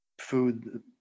Food